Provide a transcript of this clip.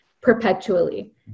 perpetually